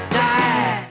die